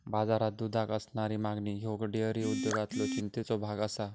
बाजारात दुधाक असणारी मागणी ह्यो डेअरी उद्योगातलो चिंतेचो भाग आसा